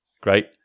great